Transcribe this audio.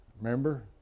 Remember